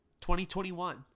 2021